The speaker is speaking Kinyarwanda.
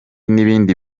n’ibindi